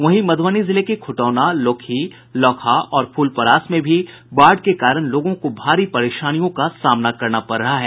वहीं मधुबनी जिले के खुटौना लौकही लौकहा और फुलपरास में भी बाढ़ के कारण लोगों को भारी परेशानियों का सामना करना पड़ रहा है